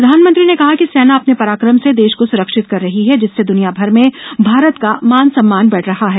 प्रधानमंत्री ने कहा कि सेना अपने पराक्रम से देश को सुरक्षित कर रही है जिससे दुनिया भर में भारत का मान सम्मान बढ रहा है